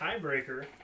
tiebreaker